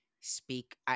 speak